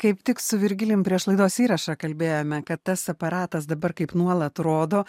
kaip tik su virgilijum prieš laidos įrašą kalbėjome kad tas aparatas dabar kaip nuolat rodo